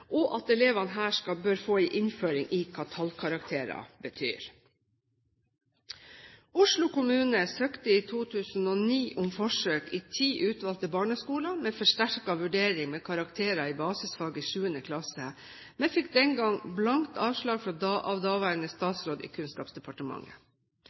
og at elevene her bør få en innføring i hva tallkarakterer betyr. Oslo kommune søkte i 2009 om forsøk i ti utvalgte barneskoler med forsterket vurdering med karakterer i basisfag i 7. klasse, men fikk den gang blankt avslag av daværende